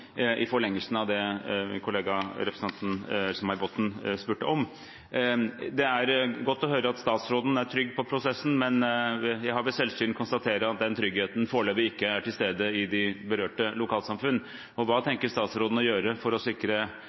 i forlengelsen av det min kollega, representanten Else-May Botten, spurte om. Det er godt å høre at statsråden er trygg på prosessen, men jeg har ved selvsyn kunnet konstatere at den tryggheten foreløpig ikke er til stede i de berørte lokalsamfunn. Hva tenker statsråden å gjøre for å sikre